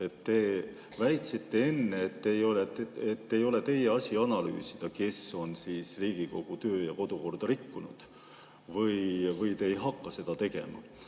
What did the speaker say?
Te väitsite enne, et ei ole teie asi analüüsida, kes on Riigikogu kodu- ja töökorda rikkunud, või te ei hakka seda tegema.